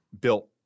built